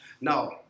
Now